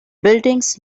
buildings